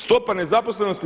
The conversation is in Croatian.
Stopa nezaposlenosti 5%